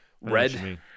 Red